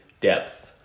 depth